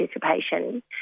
participation